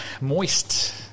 moist